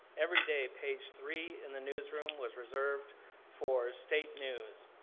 every day, page three in the newsroom was reserved for state news.